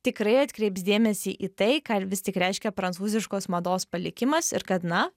tikrai atkreips dėmesį į tai ką ir vis tik reiškia prancūziškos mados palikimas ir kad na